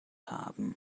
haben